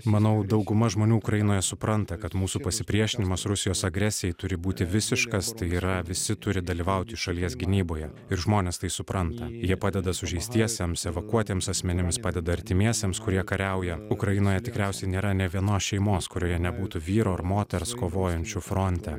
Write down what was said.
manau dauguma žmonių ukrainoje supranta kad mūsų pasipriešinimas rusijos agresijai turi būti visiškas tai yra visi turi dalyvauti šalies gynyboje ir žmonės tai supranta jie padeda sužeistiesiems evakuotiems asmenims padeda artimiesiems kurie kariauja ukrainoje tikriausiai nėra nė vienos šeimos kurioje nebūtų vyro ir moters kovojančių fronte